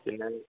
പിന്നെ